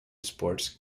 sports